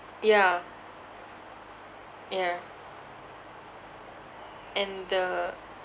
yeah yeah and the